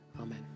Amen